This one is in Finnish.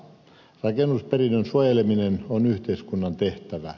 rakennusperinnön suojeleminen on yhteiskunnan tehtävä